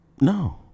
no